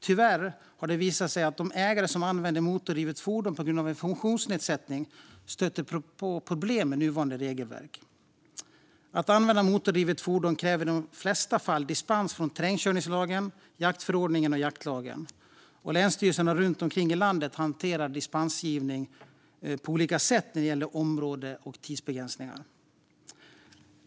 Tyvärr har det visat sig att de jägare som använder motordrivet fordon på grund av en funktionsnedsättning stöter på problem med nuvarande regelverk. Att använda motordrivet fordon kräver i de flesta fall dispens från terrängkörningslagen, jaktförordningen och jaktlagen, och länsstyrelserna runt om i landet hanterar dispensgivning på olika sätt när det gäller områdes och tidsbegränsningar.